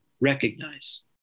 recognize